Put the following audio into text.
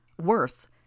Worse